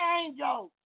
angels